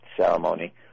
ceremony